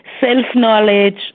self-knowledge